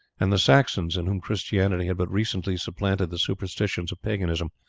and the saxons, in whom christianity had but recently supplanted the superstitions of paganism,